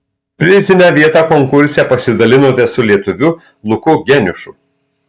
prizinę vietą konkurse pasidalinote su lietuviu luku geniušu